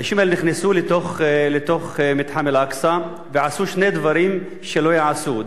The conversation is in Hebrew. האנשים האלה נכנסו לתוך מתחם אל-אקצא ועשו שני דברים שלא ייעשו.